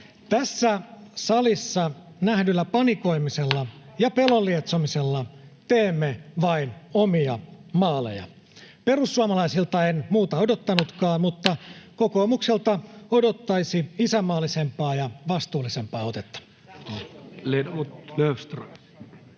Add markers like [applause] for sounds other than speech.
Tässä salissa nähdyllä panikoimisella [noise] ja pelon lietsomisella teemme vain omia maaleja. Perussuomalaisilta en muuta odottanutkaan, [noise] mutta kokoomukselta odottaisin isänmaallisempaa ja vastuullisempaa otetta.